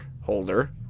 holder